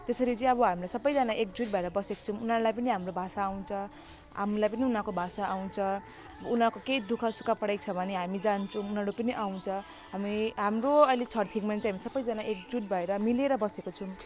त्यसरी चाहिँ अब हामी सबैजना एकजुट भएर चाहिँ बसेको छौँ उनीहरूलाई पनि हाम्रो भाषा आउँछ हामीलाई पनि उनीहरूको भाषा आउँछ उनीहरूको केही दुःख सुख परेको छ भने हामी जान्छौँ उनीहरू पनि आउँछ हामी हाम्रो अहिले छर छिमेकीहरू चाहिँ हामी सबैजना एकजुट भएर मिलेर बसेको छौँ